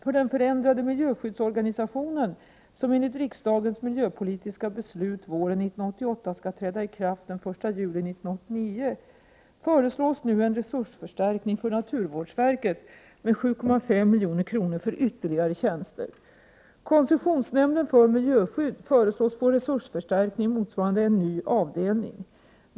För den förändrade miljöskyddsorganisationen som enligt riksdagens miljöpolitiska beslut våren 1988 skall träda i kraft den 1 juli 1989 föreslås nu en resursförstärkning för naturvårdsverket med 7,5 milj.kr. för ytterligare tjänster. Koncessionsnämnden för miljöskydd föreslås få resursförstärkning motsvarande en ny avdelning.